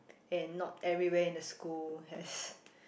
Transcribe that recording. and not everywhere in the school has